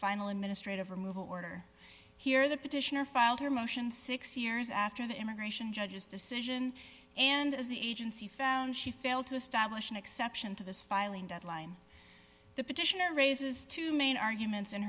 final administrative removal order here the petitioner filed her motion six years after the immigration judge's decision and as the agency found she failed to establish an exception to this filing deadline the petitioner raises two main arguments